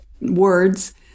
words